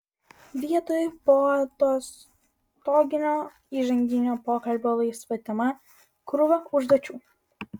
vietoj poatostoginio įžanginio pokalbio laisva tema krūva užduočių